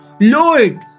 Lord